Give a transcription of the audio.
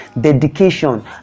dedication